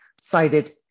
cited